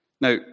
Now